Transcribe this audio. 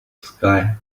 sky